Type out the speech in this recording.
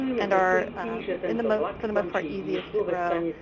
and are in the mode for the most part easiest to grow.